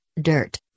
dirt